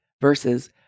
versus